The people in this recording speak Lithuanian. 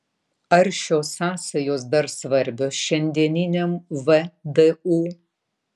ar šios sąsajos dar svarbios šiandieniniam vdu